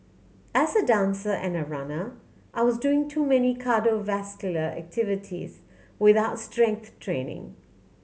as a dancer and a runner I was doing too many cardiovascular activities without strength training